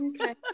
Okay